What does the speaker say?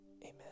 amen